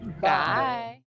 Bye